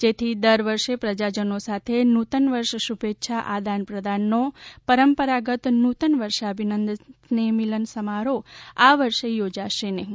જેથી દર વર્ષે પ્રજાજનો સાથે નૂતનવર્ષ શુભેચ્છા આદાન પ્રદાનનો પરંપરાગત નૂતન વર્ષાભિનંદન સ્નેફ મિલન સમારોફ આ વર્ષે યોજાશે નહિ